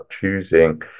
choosing